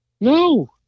No